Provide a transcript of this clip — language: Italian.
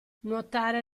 nuotare